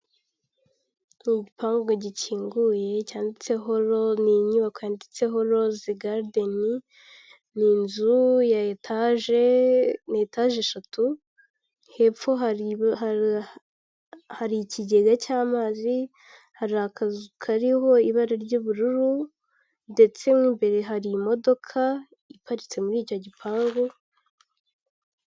Ni igipangu gikinguye cyanditseho RO ni, inyubako yanditseho Rose Garden. Ni inzu ya etage, ni etage eshatu, hepfo hari ikigega cy'amazi, hari akazu kariho ibara ry'ubururu, ndetse n'imbere harimo imodoka iparitse muri icyo gipangu,...